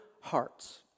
hearts